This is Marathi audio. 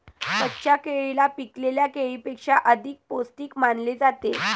कच्च्या केळीला पिकलेल्या केळीपेक्षा अधिक पोस्टिक मानले जाते